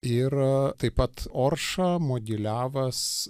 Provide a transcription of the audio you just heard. ir taip pat orša mogiliavas